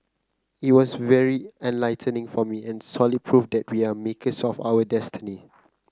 it was very enlightening for me and solid proof that we are makers of our destiny